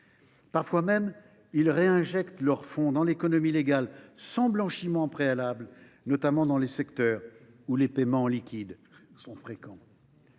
Parfois même, ils réinjectent leurs fonds dans l’économie légale sans blanchiment préalable, notamment dans les secteurs où les paiements en liquide sont fréquents.